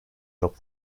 çok